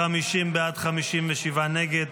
50 בעד, 57 נגד.